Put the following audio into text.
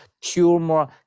tumor